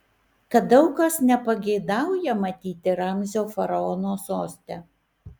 kad daug kas nepageidauja matyti ramzio faraono soste